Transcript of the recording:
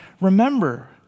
remember